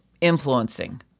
influencing